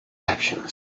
actions